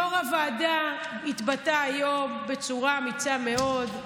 יו"ר הוועדה התבטא היום בצורה אמיצה מאוד,